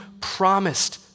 promised